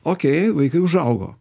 okėj vaikai užaugo